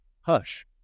Hush